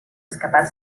escapar